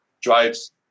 drives